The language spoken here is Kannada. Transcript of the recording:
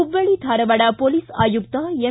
ಹುಬ್ಬಳ್ಳಿ ಧಾರವಾಡ ಹೊಲೀಸ್ ಆಯುಕ್ತ ಎಂ